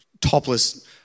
topless